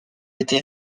été